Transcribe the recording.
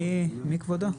מי כבודו?